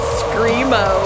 screamo